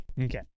Okay